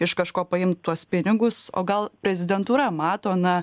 iš kažko paimt tuos pinigus o gal prezidentūra mato na